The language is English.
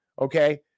okay